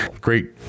Great